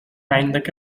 عندك